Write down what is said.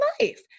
life